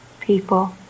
people